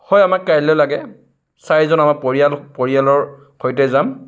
হয় আমাক কাইললৈ লাগে চাৰিজন পৰিয়ালৰ সৈতে যাম